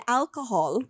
alcohol